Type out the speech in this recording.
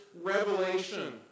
revelation